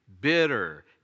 bitter